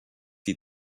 die